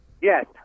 Yes